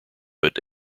but